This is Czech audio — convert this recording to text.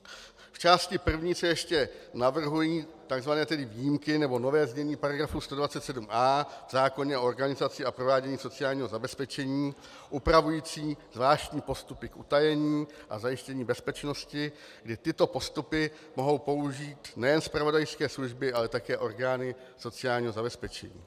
V části první se ještě navrhují tzv. výjimky, nebo nové znění § 127a v zákoně o organizaci a provádění sociálního zabezpečení upravující zvláštní postupy k utajení a zajištění bezpečnosti, kdy tyto postupy mohou použít nejen zpravodajské služby, ale také orgány sociálního zabezpečení.